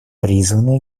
призваны